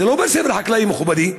זה לא בית ספר חקלאי, מכובדי.